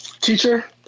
teacher